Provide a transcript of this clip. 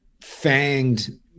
fanged